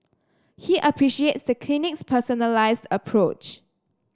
he appreciates the clinic's personalized approach